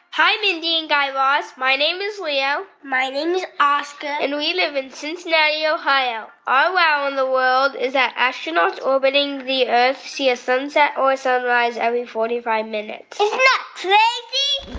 hi, mindy and guy raz. my name is leo my name is oscar and we live in cincinnati, ohio. our wow in the world is that astronauts orbiting the earth see a sunset or sunrise every forty five minutes isn't that crazy?